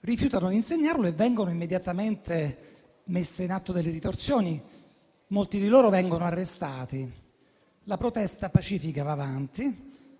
Rifiutano di insegnarlo, vengono immediatamente messe in atto delle ritorsioni e molti di loro vengono arrestati. La protesta pacifica va avanti e